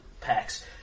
packs